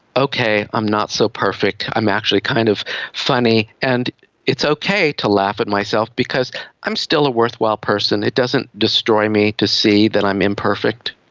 okay, i'm not so perfect, i'm actually kind of funny and it's okay to laugh at myself because i'm still a worthwhile person, it doesn't destroy me to see that i'm imperfect.